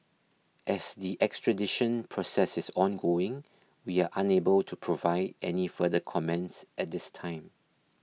as the extradition process is ongoing we are unable to provide any further comments at this time